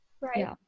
Right